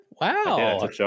Wow